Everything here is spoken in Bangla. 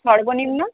সর্বনিম্ন